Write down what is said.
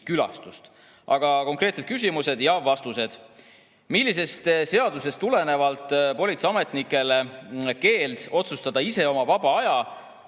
Aga konkreetsed küsimused ja vastused. "Millisest seadusest tuleneb politseiametnikele keeld otsustada ise oma vaba aja